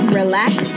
relax